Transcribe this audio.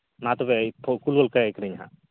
ᱢᱟ ᱛᱚᱵᱮ ᱯᱷᱳᱱ ᱠᱩᱞ ᱜᱚᱫ ᱠᱟᱭ ᱠᱟᱹᱱᱟᱹᱧ ᱦᱟᱸᱜ